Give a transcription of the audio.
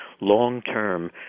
long-term